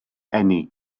eni